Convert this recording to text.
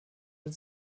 mit